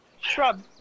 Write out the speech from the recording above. shrub